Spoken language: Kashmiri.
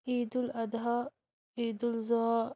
عیدالضحیٰ عیدالضا